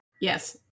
Yes